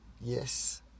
Yes